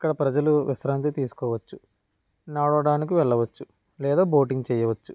ఇక్కడ ప్రజలు విశ్రాంతి తీసుకోవచ్చు నడవడానికి వెళ్లవచ్చు లేదా బోటింగ్ చేయవచ్చు